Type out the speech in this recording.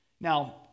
Now